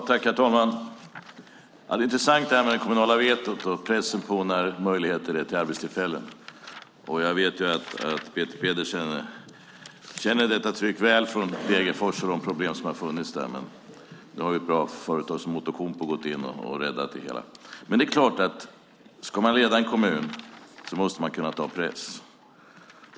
Herr talman! Det är intressant med det kommunala vetot och pressen på möjligheter till arbetstillfällen. Jag vet att Peter Pedersen känner detta tryck från Degerfors och från de problem som har funnits där. Nu har ju ett bra företag som Outokumpu gått in och räddat det hela. Ska man leda en kommun är det klart att man måste kunna ta press.